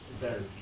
better